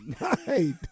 night